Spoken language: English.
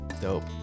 dope